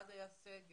אז עוד היה סגר